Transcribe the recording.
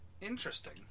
Interesting